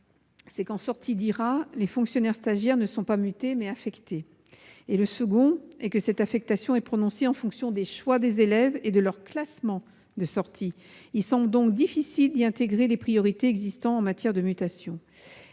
part, à la sortie des IRA, les fonctionnaires stagiaires sont non pas mutés, mais affectés. D'autre part, cette affectation est prononcée en fonction des choix des élèves et de leur classement de sortie. Il semble donc difficile d'y intégrer les priorités prévues en matière de mutation.